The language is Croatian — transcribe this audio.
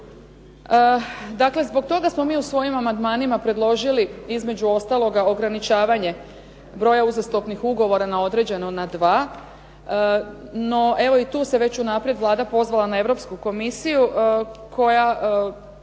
Dakle, zbog toga smo mi u svojim amandmanima predložili između ostaloga ograničavanje broja uzastopnih ugovora na određeno na dva. No, evo i tu se već unaprijed Vlada pozvala na Europsku komisiju koja